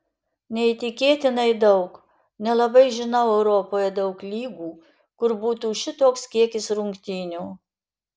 neįtikėtinai daug nelabai žinau europoje daug lygų kur būtų šitoks kiekis rungtynių